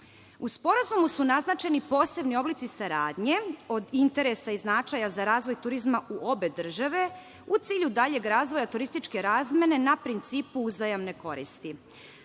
sporazumu su naznačeni posebni oblici saradnje od interesa i značaja za razvoj turizma u obe države, u cilju daljeg razvoja turističke razmene na principu uzajamne koristi.